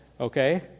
Okay